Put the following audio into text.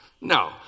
No